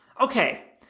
Okay